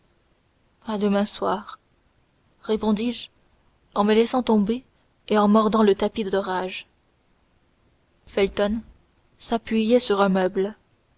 à demain soir répondis-je en me laissant tomber et en mordant le tapis de rage felton s'appuyait sur un meuble